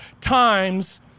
times